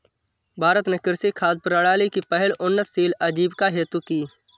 भारत ने कृषि खाद्य प्रणाली की पहल उन्नतशील आजीविका हेतु की